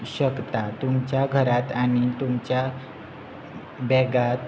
शकता तुमच्या घरांत आनी तुमच्या बॅगांत